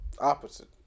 opposite